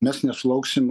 mes nesulauksim